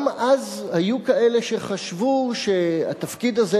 גם אז היו כאלה שחשבו שהתפקיד הזה,